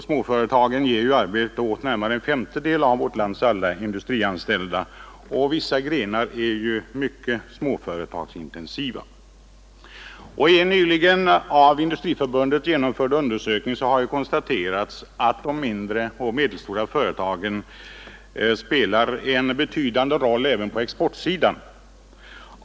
Småföretagen ger arbete åt närmare en femtedel av vårt lands alla industrianställda, och vissa industrigrenar är mycket ”småföretagsintensiva”. I en nyligen av Industriförbundet genomförd undersökning har konstaterats att de mindre och medelstora företagen spelar en betydande roll även på exportsidan.